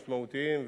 משמעותיים,